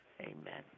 Amen